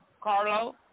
Carlo